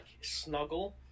snuggle